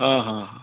ହଁ ହଁ ହଁ